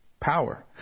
power